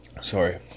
Sorry